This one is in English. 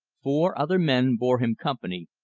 four other men bore him company,